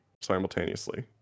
simultaneously